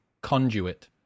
conduit